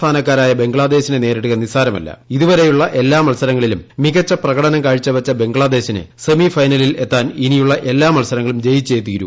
സ്ഥാനക്കാരായ ബംഗ്ലാദേശിനെ നേരിടുക ഇതുവരെയുള്ള എല്ലാ മത്സരങ്ങളിലും മികച്ച പ്രകടനം കാഴ്ച വച്ച ബംഗ്ലാദേശിന് സെമിഫൈനലിൽ എത്താൻ ഇനിയുള്ള എല്ലാം മത്സരങ്ങളും ജയിച്ചേ തീരു